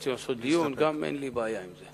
רוצים לעשות דיון, אין לי בעיה גם עם זה.